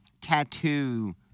tattoo